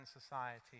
society